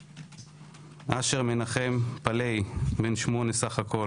אשר מנחם פלאי בן שמונה סך הכול,